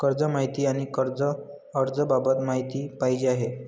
कर्ज माहिती आणि कर्ज अर्ज बाबत माहिती पाहिजे आहे